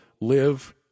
live